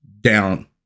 down